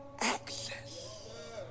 access